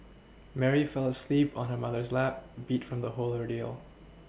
Mary fell asleep on her mother's lap beat from the whole ordeal